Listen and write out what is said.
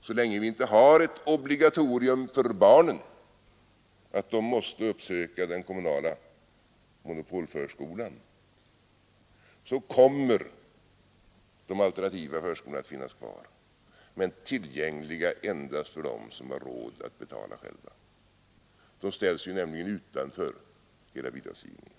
Så länge det inte är obligatoriskt för barnen att uppsöka den kommunala monopolskolan kommer de alternativa förskolorna att finnas kvar, dock tillgängliga endast för dem som har råd att betala själva. Dessa förskolor ställs nämligen utanför hela bidragsgivningen.